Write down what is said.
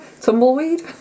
Tumbleweed